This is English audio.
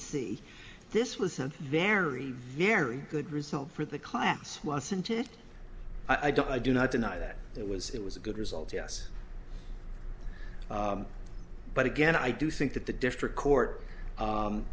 see this was a very very good result for the class wasn't it i don't i do not deny that it was it was a good result yes but again i do think that the district court